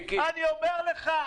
אני אומר לך,